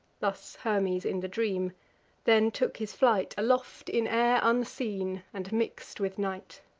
thus hermes in the dream then took his flight aloft in air unseen, and mix'd with night.